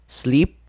sleep